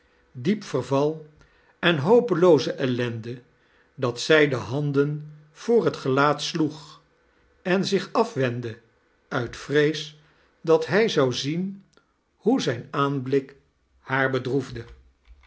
diep verval en hopelooze ellende dat zij de handen voor het gelaat sloeg en zioh afwendde uit vrees dat hij zou zien hoe zijn aanblik haar bedroefde